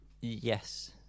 yes